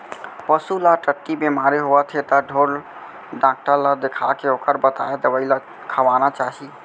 पसू ल टट्टी बेमारी होवत हे त ढोर डॉक्टर ल देखाके ओकर बताए दवई ल खवाना चाही